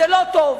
זה לא טוב,